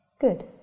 Good